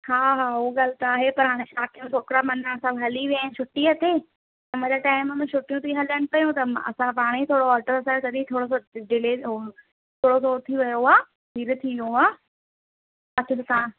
हा हा उअ ॻाल्हि त आहे पर हाणे छा कयूं छोकिरा न मन हली विया आहिनि छुट्टीअ ते किथे कम जे टाइम मं छुट्टियूं हलनि पियूं पर असां हाणे थोरो आडर अथई तॾहिं थोरो सो डिले थोरो सो ओ थी वियो आहे लेट थी वियो आहे किथे बि तव्हां